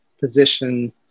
Position